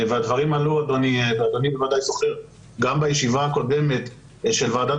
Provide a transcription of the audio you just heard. ואדוני בוודאי זוכר שהדברים עלו גם בישיבה הקודמת של ועדת